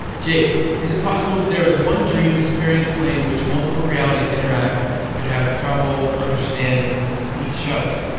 jake is it possible that there is one dream experience plane in which multiple realities interact but have trouble understanding each other?